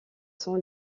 sont